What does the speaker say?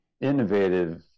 innovative